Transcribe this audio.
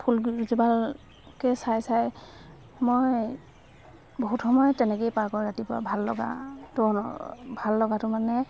ফুলকেইজোপাকে চাই চাই মই বহুত সময় তেনেকৈয়ে পাৰ কৰোঁ ৰাতিপুৱা ভাল লগা তো ভাল লগাটো মানে